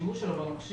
השימוש שלו במכשיר